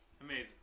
amazing